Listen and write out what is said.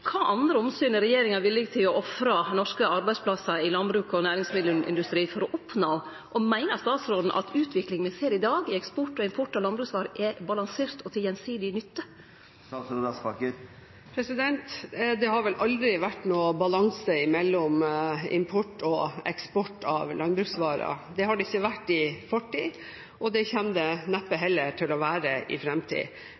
andre omsyn er regjeringa villig til å ofre norske arbeidsplassar i landbruk og næringsmiddelindustri? Og meiner statsråden at utviklinga me ser i dag i eksport og import av landbruksvarer, er balansert og til gjensidig nytte? Det har vel aldri vært noen balanse mellom import og eksport av landbruksvarer. Det har det ikke vært i fortid, og det kommer det neppe